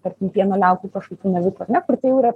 tarkim pieno liaukų kažkokių navikų ar ne kur tai jau yra